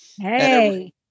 Hey